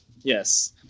Yes